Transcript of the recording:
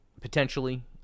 potentially